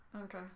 okay